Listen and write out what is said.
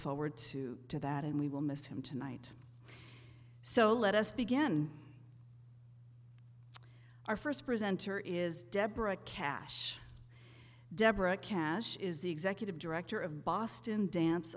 forward to that and we will miss him tonight so let us begin our first presenter is deborah cash deborah cash is the executive director of boston dance